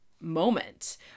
moment